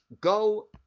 go